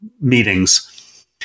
meetings